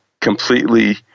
completely